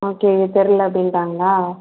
okay தெரில அப்படின்ட்டாங்களா